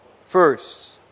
First